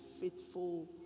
faithful